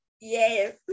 Yes